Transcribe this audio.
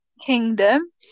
Kingdom